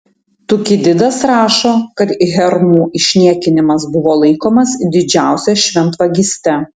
tukididas rašo kad hermų išniekinimas buvo laikomas didžiausia šventvagyste